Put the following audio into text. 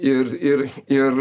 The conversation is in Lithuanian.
ir ir ir